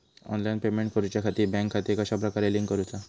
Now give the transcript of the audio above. Online payment करुच्याखाती bank खाते कश्या प्रकारे लिंक करुचा?